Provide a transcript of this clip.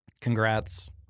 congrats